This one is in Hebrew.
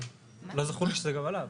לא זכור לי שזה גם עלה.